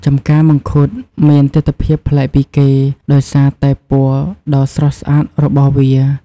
ចម្ការមង្ឃុតមានទិដ្ឋភាពប្លែកពីគេ ដោយសារតែពណ៌ដ៏ស្រស់ស្អាតរបស់វា។